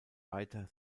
weiter